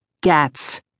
Gats